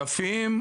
אלפים?